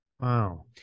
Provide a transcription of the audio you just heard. Wow